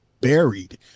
buried